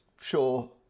sure